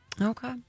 Okay